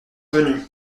venu